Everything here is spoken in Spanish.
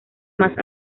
más